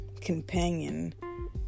companion